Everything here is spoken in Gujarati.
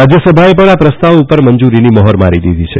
રાજ્યસભાએ પણ આ પ્રસ્તાવ ઉપર મંજુરીની મહોર લગાવી દીધી છે